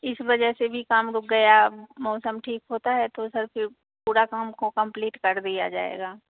इस वजह से भी काम रुक गया मौसम ठीक होता है तो सर फिर पूरा काम को कम्प्लीट कर दिया जाएगा